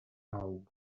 nou